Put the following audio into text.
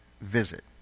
visit